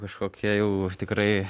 kažkokie jau tikrai